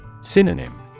Synonym